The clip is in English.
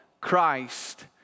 Christ